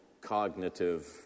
cognitive